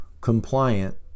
compliant